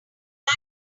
not